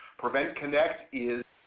prevent connect is,